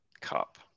Cup